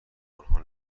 آنها